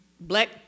black